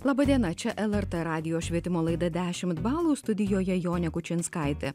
laba diena čia lrt radijo švietimo laida dešimt balų studijoje jonė kučinskaitė